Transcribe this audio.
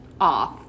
off